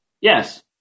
Yes